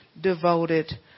devoted